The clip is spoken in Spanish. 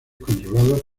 controlados